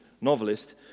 novelist